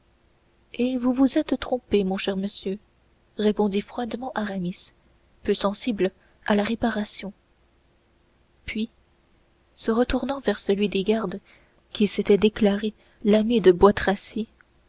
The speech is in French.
et vous vous êtes trompé mon cher monsieur répondit froidement aramis peu sensible à la réparation puis se retournant vers celui des gardes qui s'était déclaré l'ami de bois tracy